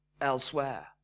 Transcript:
elsewhere